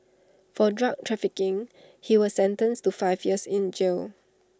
for drug trafficking he was sentenced to five years in jail